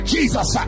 Jesus